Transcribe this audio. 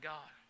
God